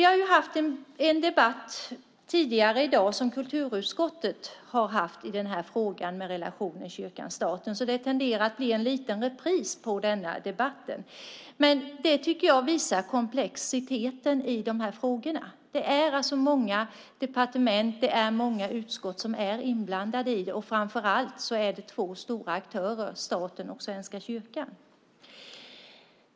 Tidigare i dag har kulturutskottet haft en debatt när det gäller relationen mellan kyrkan och staten. Detta tenderar att bli en liten repris på den debatten. Jag tycker att det visar komplexiteten i de här frågorna. Det är många departement och många utskott som är inblandade i detta, och framför allt är det två stora aktörer, nämligen staten och Svenska kyrkan.